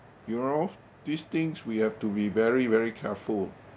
you know of these things we have to be very very careful